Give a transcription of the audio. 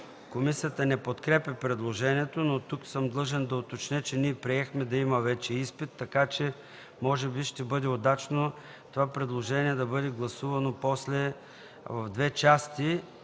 Комисията не подкрепя предложението. Тук съм длъжен да уточня, че ние приехме да има вече изпит, така че може би ще бъде удачно това предложение да бъде гласувано после в две части